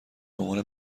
عنوان